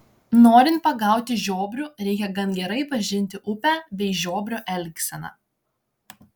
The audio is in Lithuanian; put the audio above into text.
norint pagauti žiobrių reikia gan gerai pažinti upę bei žiobrio elgseną